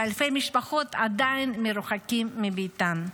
ואלפי משפחות עדיין מרוחקות מביתם.